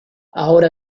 ahora